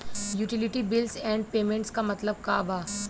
Utility bills and payments क मतलब का बा?